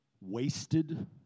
Wasted